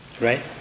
Right